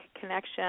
connection